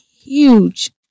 huge